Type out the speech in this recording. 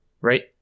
Right